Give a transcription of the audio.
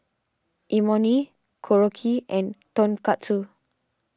Imoni Korokke and Tonkatsu